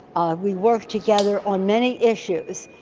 ah we worked together on many issues.